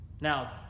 Now